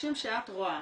אנשים שאת רואה,